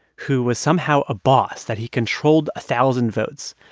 who was somehow a boss, that he controlled a thousand votes.